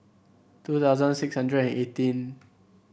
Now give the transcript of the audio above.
two thousand six hundred and eighteen